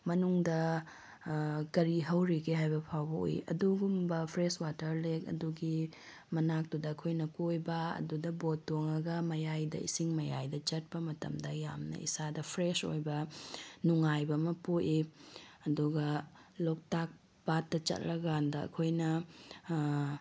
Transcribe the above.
ꯃꯅꯨꯡꯗ ꯀꯔꯤ ꯍꯧꯔꯤꯒꯦ ꯍꯥꯏꯕ ꯐꯥꯎꯕ ꯎꯏ ꯑꯗꯨꯒꯨꯝꯕ ꯐ꯭ꯔꯦꯁ ꯋꯥꯇꯔ ꯂꯦꯛ ꯑꯗꯨꯒꯤ ꯃꯅꯥꯛꯇꯨꯗ ꯑꯩꯈꯣꯏꯅ ꯀꯣꯏꯕ ꯑꯗꯨꯗ ꯕꯣꯠ ꯇꯣꯡꯉꯒ ꯃꯌꯥꯏꯗ ꯏꯁꯤꯡ ꯃꯌꯥꯏꯗ ꯆꯠꯄ ꯃꯇꯝꯗ ꯌꯥꯝꯅ ꯏꯁꯥꯗ ꯐ꯭ꯔꯦꯁ ꯑꯣꯏꯕ ꯅꯨꯡꯉꯥꯏꯕ ꯑꯃ ꯄꯣꯛꯏ ꯑꯗꯨꯒ ꯂꯣꯛꯇꯥꯛ ꯄꯥꯠꯇ ꯆꯠꯂꯀꯥꯟꯗ ꯑꯩꯈꯣꯏꯅ